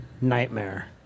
nightmare